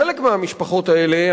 חלק מהמשפחות האלה,